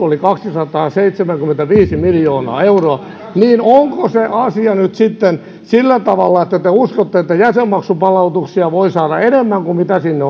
oli kaksisataaseitsemänkymmentäviisi miljoonaa euroa niin onko se asia nyt sitten sillä tavalla että te uskotte että jäsenmaksupalautuksia voi saada enemmän kuin mitä sinne